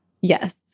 Yes